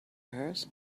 hers